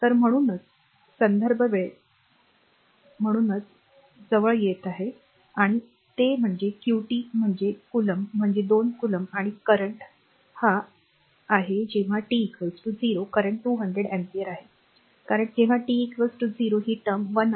तर म्हणूनच संदर्भ वेळ 2854 जवळ येत आहे आणि ते म्हणजे qt म्हणजे क्लोम्ब म्हणजेच २ कोलॉम्ब आणि current हा करेंट आहे जेव्हा टी ० करंट २०० अँपेअर आहे कारण जेव्हा टी ० ही टर्म १ आहे